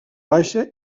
baixa